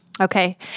Okay